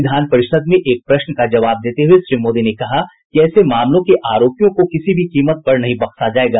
विधान परिषद ने एक प्रश्न का जवाब देते हुए श्री मोदी ने कहा कि ऐसे मामलों के आरोपियों को किसी भी कीमत पर नहीं बख्शा जायेगा